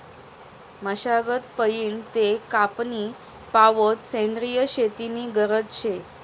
मशागत पयीन ते कापनी पावोत सेंद्रिय शेती नी गरज शे